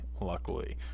luckily